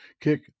kick